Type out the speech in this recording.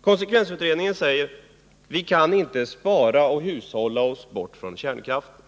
Konsekvensutredningen säger att vi inte kan spara och hushålla oss bort från kärnkraften.